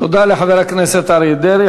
תודה לחבר הכנסת אריה דרעי.